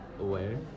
aware